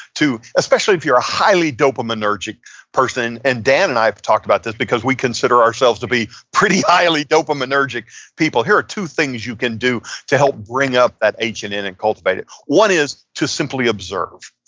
especially if you're a highly dopaminergic person, and dan and i have talked about this, because we consider ourselves to be pretty highly dopaminergic people. here are two things you can do to help bring up that h an n and cultivate it one is to simply observe.